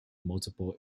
multiple